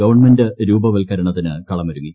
government രൂപപ്പത്ക്കരണത്തിന് കളമൊരുങ്ങി